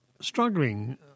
struggling